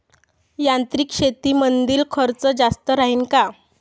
यांत्रिक शेतीमंदील खर्च जास्त राहीन का?